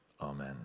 Amen